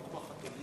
לא כמו חתולים.